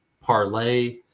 parlay